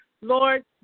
Lord